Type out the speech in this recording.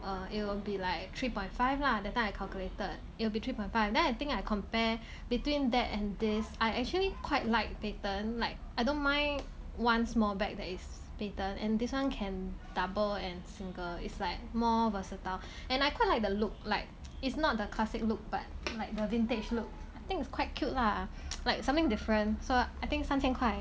err it'll be like three point five lah that time I calculated it'll be three point five then I think I compare between that and this I actually quite like patent like I don't mind one small bag that is patent and this one can double and single is like more versatile and I quite like the look like it's not the classic look but like the vintage look I think it's quite cute lah like something different so I think 三千块